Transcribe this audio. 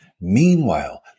Meanwhile